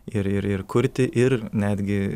ir ir ir kurti ir netgi